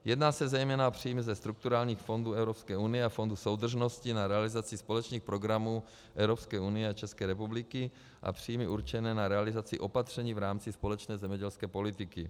Jedná se zejména o příjmy ze strukturálních fondů EU a Fondu soudržnosti na realizaci společných programů Evropské unie a České republiky a příjmy určené na realizaci opatření v rámci společné zemědělské politiky.